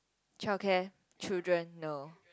childcare children no